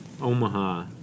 Omaha